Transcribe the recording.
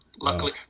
Luckily